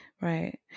right